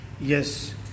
yes